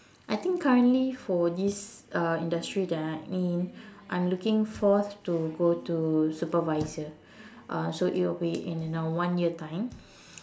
I think currently for this uh industry that I'm in I'm looking forth to go to supervisor uh so it will be in a one year time